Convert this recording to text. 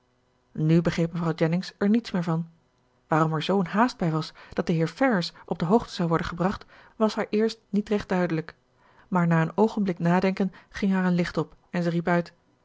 nu begreep mevrouw jennings er niets meer van waarom er zoo'n haast bij was dat de heer ferrars op de hoogte zou worden gebracht was haar eerst niet recht duidelijk maar na een oogenblik nadenken ging haar een licht op en zij riep uit